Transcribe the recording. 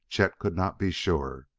chet could not be sure.